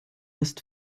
ist